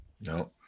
no